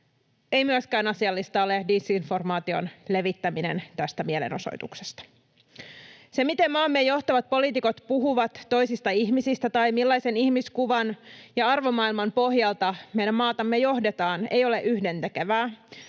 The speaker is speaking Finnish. ei myöskään asiallista ole disinformaation levittäminen tästä mielenosoituksesta. Se, miten maamme johtavat poliitikot puhuvat toisista ihmisistä tai millaisen ihmiskuvan ja arvomaailman pohjalta meidän maatamme johdetaan, ei ole yhdentekevää.